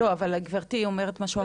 לא, אבל גברתי, היא אומרת משהו אחר.